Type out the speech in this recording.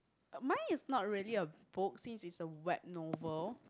mine is not really a book since is a web novel